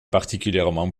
particulièrement